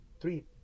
three